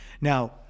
Now